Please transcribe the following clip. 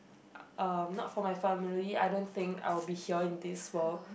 uh not for my family I don't think I will be here in this world